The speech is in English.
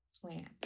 plan